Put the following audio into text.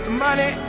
money